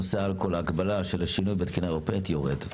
ההגבלה של השינוי בתקינה האירופאית על אלכוהול יורד.